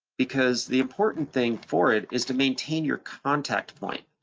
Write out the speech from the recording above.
because the important thing for it is to maintain your contact point.